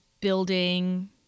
building